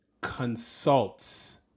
consults